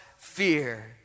fear